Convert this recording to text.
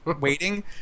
waiting